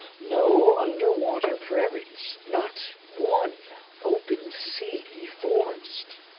no underwater prairies, not one open-sea forest.